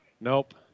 Nope